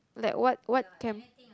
like what what can